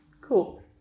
Cool